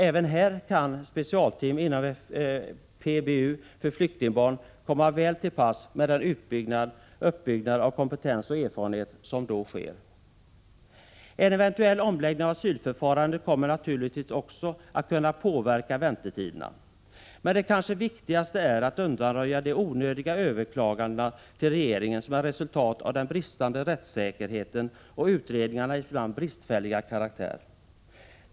Även här kan specialteam inom PBU för flyktingbarn komma väl till pass med tanke på den uppbyggnad av kompetens och erfarenhet som finns där. En eventuell omläggning av asylförfarandet kommer naturligtvis också att kunna påverka väntetiderna. Men det viktigaste är kanske att undanröja de onödiga överklagandena till regeringen, som är resultat av den bristande rättssäkerheten och utredningarnas ibland bristfälliga karaktär.